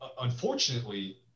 unfortunately